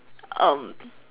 um